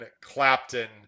Clapton